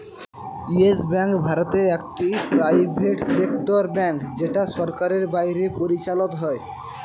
yes Bank ভারতে একটি private sector bank যেটা সরকারের বাইরে পরিচালত হয়